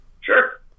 Sure